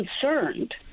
concerned